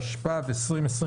התשפ"ב-2021.